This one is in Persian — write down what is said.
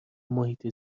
محیط